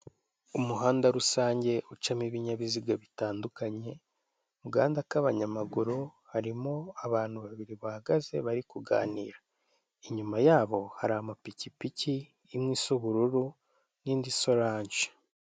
Umuhanda rusange, ucamo ibinyabiziga bitandukanye, mu gahanda k'abanyamaguru harimo abantu babiri bahagaze, bari kuganira. Inyuma yabo hari amapikipiki, imwe isa ubururu n'indi isa oranje.